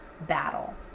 battle